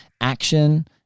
action